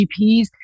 GPs